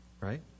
Right